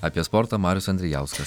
apie sportą marius andrijauskas